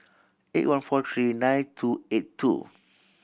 eight one four three nine two eight two